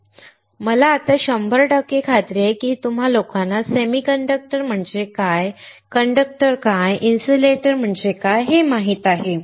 आता मला शंभर टक्के खात्री आहे की तुम्हा लोकांना सेमीकंडक्टर म्हणजे काय कंडक्टर काय आणि इन्सुलेटर म्हणजे काय हे माहीत आहे